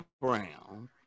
brown